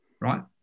right